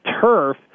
turf